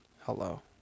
hello